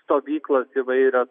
stovyklos įvairios